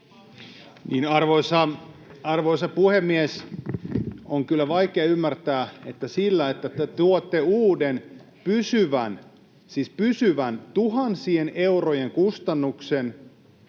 Arvoisa puhemies! On kyllä vaikea ymmärtää, että se, että te tuotte uuden pysyvän — siis pysyvän — tuhansien eurojen kustannuksen